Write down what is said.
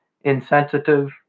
insensitive